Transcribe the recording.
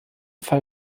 fall